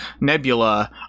Nebula